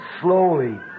slowly